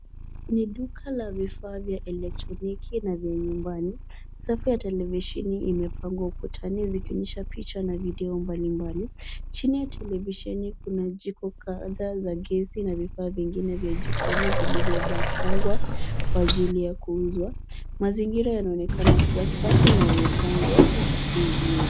Ni duka la vifaa vya elektroniki na vya nyumbani. Safu ya televisheni imepangwa ukutani zikionyesha picha na video mbalimbali. Chini ya televisheni, kuna jiko kadhaa za gesi na vifaa vingine vya jikoni vilivyopangwa kwa ajili ya kuuzwa. Mazingira yanaonekana kuwa safi na yamepangwa vizuri.